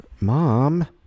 mom